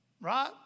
Right